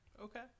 okay